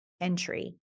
entry